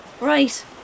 right